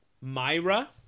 Myra